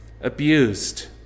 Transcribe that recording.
abused